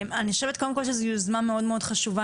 אני חושבת קודם כל שזו יוזמה מאוד מאוד חשובה,